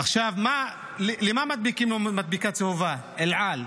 עכשיו, למה מדביקים מדבקה צהובה, אל על?